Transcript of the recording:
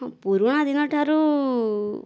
ହଁ ପୁରୁଣା ଦିନଠାରୁ